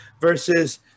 versus